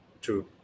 True